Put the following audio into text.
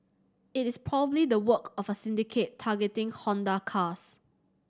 it is probably the work of a syndicate targeting Honda cars